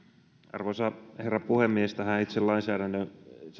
arvoisa herra puhemies tästä itse lainsäädännön